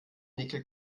nickel